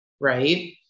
right